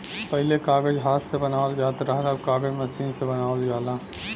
पहिले कागज हाथ से बनावल जात रहल, अब कागज मसीन से बनावल जाला